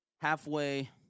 halfway